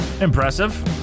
Impressive